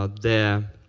ah the